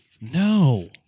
No